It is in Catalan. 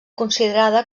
considerada